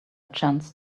chance